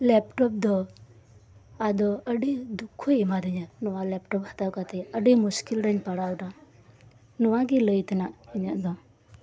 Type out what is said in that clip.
laptop ᱫᱚ ᱟᱫᱚ ᱟᱹᱰᱤ ᱫᱩᱠᱷᱚᱭ ᱮᱢᱟᱫᱤᱧᱟᱹ ᱱᱚᱣᱟ ᱞᱮᱯᱴᱚᱵ ᱦᱟᱛᱟᱣ ᱠᱟᱛᱮᱜ ᱟᱹᱰᱤ ᱢᱩᱥᱠᱤᱞ ᱨᱮᱧ ᱯᱟᱲᱟᱣᱱᱟ ᱱᱚᱣᱟᱜᱤ ᱞᱟᱹᱭᱛᱮᱱᱟᱜ ᱤᱧᱟᱹᱜ ᱫᱚ